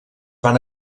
van